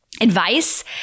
advice